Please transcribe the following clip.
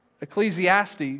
Ecclesiastes